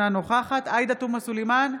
אינה נוכחת עאידה תומא סלימאן,